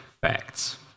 facts